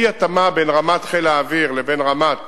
אי-התאמה בין רמת חיל האוויר לרמת